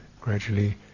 gradually